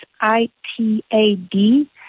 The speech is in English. I-T-A-D